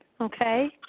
okay